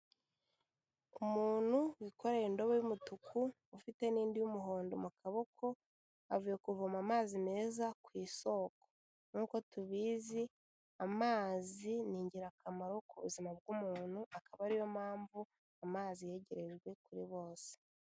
Umuntu wikorera indobo y'umutuku ufite n'indi y'umuhondo mu kaboko, avuye kuvoma amazi meza ku isoko, nk'uko tubizi amazi ni ingirakamaro ku buzima bw'umuntu, akaba ari yo mpamvu amazi yegerejwe kuri bose.